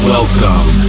Welcome